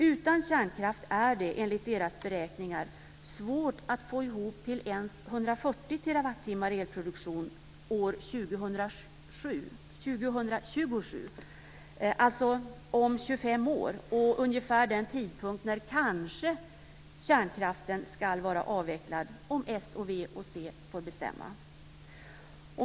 Utan kärnkraft är det enligt deras beräkningar svårt att få ihop till ens 140 år, dvs. den tidpunkt när kanske kärnkraften ska vara avvecklad om s och v får bestämma.